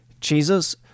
Jesus